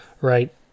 right